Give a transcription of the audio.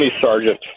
sergeant